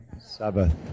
Sabbath